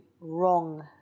wrong